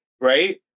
right